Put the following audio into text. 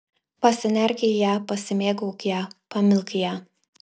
pasinerk į ją pasimėgauk ja pamilk ją